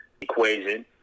equation